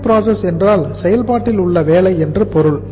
WIP என்றால் செயல்பாட்டில் உள்ள வேலை என்று பொருள்